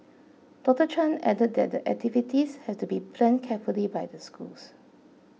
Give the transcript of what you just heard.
Doctor Chan added that the activities have to be planned carefully by the schools